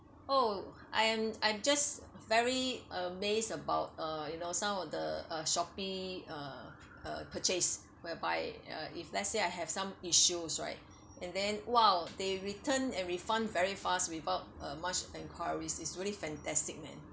oh I am I just very amazed about uh you know some of the Shopee uh uh purchase whereby uh if let's say I have some issues right and then !wow! they return and refund very fast without uh much enquiries is really fantastic man